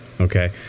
okay